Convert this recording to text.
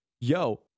yo